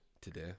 today